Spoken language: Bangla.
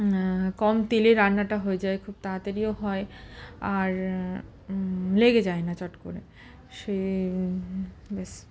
কম তেলে রান্নাটা হয়ে যায় খুব তাড়াতাড়িও হয় আর লেগে যায় না চট করে সে ব্যাস